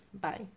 Bye